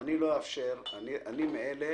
אני מאלה